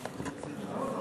כך?